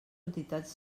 entitats